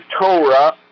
Torah